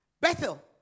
Bethel